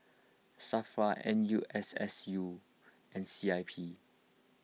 Safra N U S S U and C I P